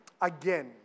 again